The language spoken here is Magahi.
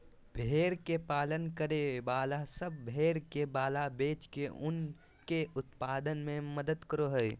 भेड़ के पालन करे वाला सब भेड़ के बाल बेच के ऊन के उत्पादन में मदद करो हई